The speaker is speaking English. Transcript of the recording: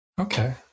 okay